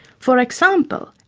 for example,